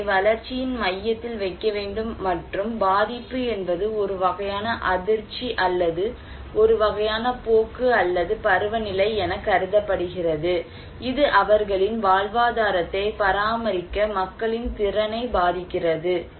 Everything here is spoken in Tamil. மக்களை வளர்ச்சியின் மையத்தில் வைக்க வேண்டும் மற்றும் பாதிப்பு என்பது ஒரு வகையான அதிர்ச்சி அல்லது ஒரு வகையான போக்கு அல்லது பருவநிலை என கருதப்படுகிறது இது அவர்களின் வாழ்வாதாரத்தை பராமரிக்க மக்களின் திறனை பாதிக்கிறது